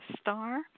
Star